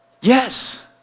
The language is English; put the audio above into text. Yes